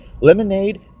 lemonade